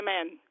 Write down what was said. Amen